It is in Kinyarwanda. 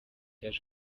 yaje